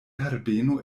herbeno